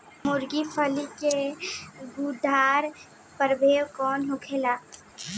मूँगफली के गुछेदार प्रभेद कौन होला?